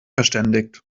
verständigt